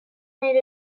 made